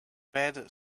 bed